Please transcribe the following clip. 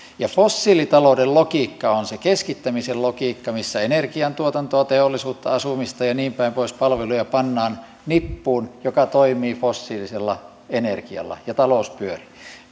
ja fossiilitalouden logiikka on se keskittämisen logiikka missä energiantuotantoa teollisuutta asumista palveluja ja niinpäin pois pannaan nippuun joka toimii fossiilisella energialla ja talous pyörii